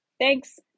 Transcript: Thanks